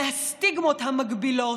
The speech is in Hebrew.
מהסטיגמות המגבילות,